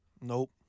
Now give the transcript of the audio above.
Nope